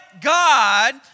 God